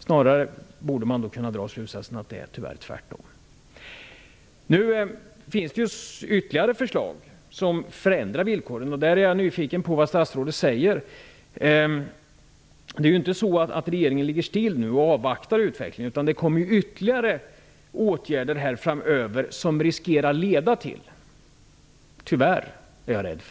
Snarare borde man kunna dra slutsatsen att det tyvärr är tvärtom. Nu finns det ytterligare förslag som förändrar villkoren. Där är jag nyfiken på vad statsrådet säger. Det är inte så att regeringen ligger still och avvaktar utvecklingen, utan det föreslås ytterligare åtgärder framöver som riskerar att leda till att det,